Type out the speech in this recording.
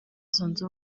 zunze